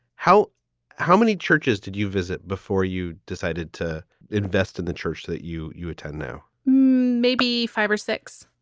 how how many churches did you visit before you decided to invest in the church that you you attend now maybe five or six.